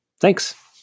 Thanks